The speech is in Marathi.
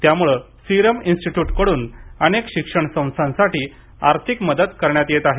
त्याम्ळे सिरम इन्स्टिट्यूटकडून अनेक शिक्षण संस्थांसाठी आर्थिक मदत करण्यात येत आहे